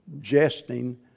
jesting